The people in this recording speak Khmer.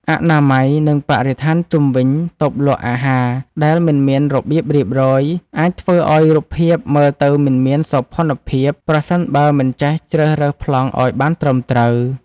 អនាម័យ និងបរិស្ថានជុំវិញតូបលក់អាហារដែលមិនមានរបៀបរៀបរយ អាចធ្វើឱ្យរូបភាពមើលទៅមិនមានសោភ័ណភាពប្រសិនបើមិនចេះជ្រើសរើសប្លង់ឱ្យបានត្រឹមត្រូវ។